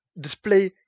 display